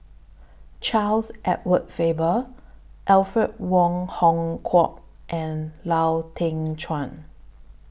Charles Edward Faber Alfred Wong Hong Kwok and Lau Teng Chuan